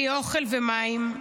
בלי אוכל ומים,